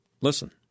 Listen